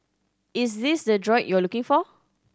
is this the droid you're looking for